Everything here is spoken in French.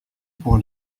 pour